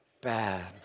Bad